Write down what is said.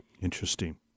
Interesting